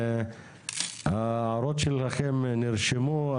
ההערות שלכם נרשמו.